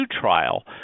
trial